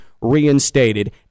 reinstated